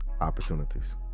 opportunities